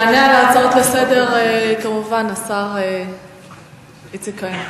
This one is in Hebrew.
יענה על ההצעות לסדר, כמובן, השר איציק כהן.